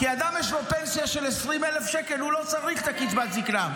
כי אדם שיש לו 20,000 שקל, לא צריך את קצבת הזקנה.